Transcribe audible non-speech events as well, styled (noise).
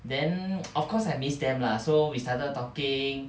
then (noise) of course I miss them lah so we started talking